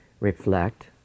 reflect